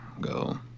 Go